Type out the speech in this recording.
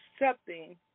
accepting